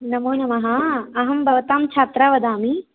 नमो नमः अहं भवतां छात्रा वदामि